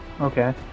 Okay